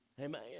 Amen